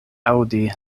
aŭdi